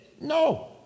no